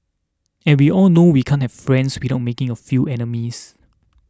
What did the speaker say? and we all know we can't have friends without making a few enemies